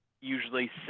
usually